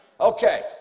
Okay